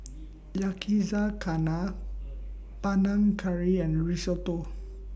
Yakizakana Panang Curry and Risotto